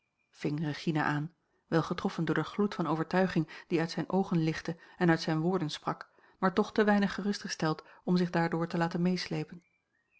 ving regina aan wel getroffen door den gloed van overtuiging die uit zijne oogen lichtte en uit zijne woorden sprak maar toch te weinig gerustgesteld om zich daardoor te laten meesleepen